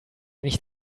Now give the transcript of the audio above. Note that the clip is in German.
nicht